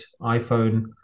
iPhone